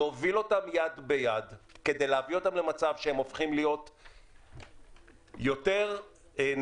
להוביל אותם יד ביד כדי להביא אותם למצב שהם הופכים להיות יותר נאמנים